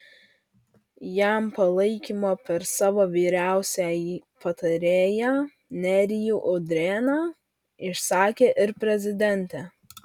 jam palaikymą per savo vyriausiąjį patarėją nerijų udrėną išsakė ir prezidentė